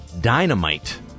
dynamite